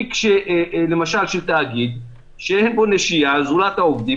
למשל של תאגיד שאין נשייה זולת העובדים,